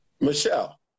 Michelle